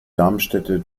darmstädter